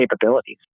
capabilities